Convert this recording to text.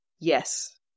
Yes